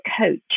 coach